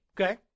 Okay